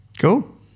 Cool